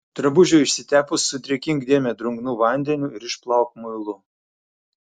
drabužiui išsitepus sudrėkink dėmę drungnu vandeniu ir išplauk muilu